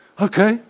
okay